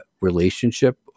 relationship